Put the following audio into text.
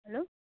hello